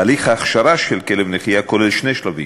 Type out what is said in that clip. בתהליך ההכשרה של כלב נחייה שני שלבים,